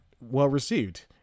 well-received